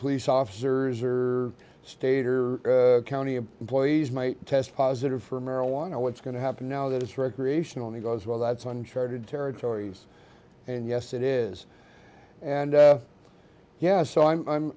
police officers or state or county employees might test positive for marijuana what's going to happen now that it's recreational and he goes well that's uncharted territories and yes it is and yeah so i'm i'm